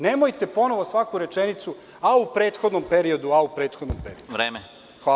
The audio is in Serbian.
Nemojte ponovo svaku rečenicu – u prethodnom periodu, u prethodnom periodu.